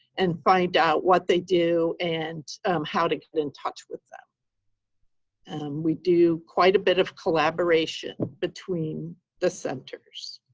and find out what they do and how to get in touch with them. and and we do quite a bit of collaboration between the centers.